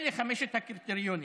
אלה חמשת הקריטריונים,